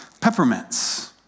peppermints